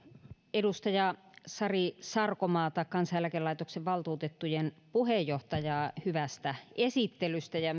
edustaja sari sarkomaata kansaneläkelaitoksen valtuutettujen puheenjohtajaa hyvästä esittelystä ja